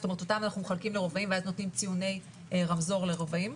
זאת אומרת אותם אנחנו מחלקים לרובעים ואז נותנים ציוני רמזור לרובעים.